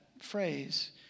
phrase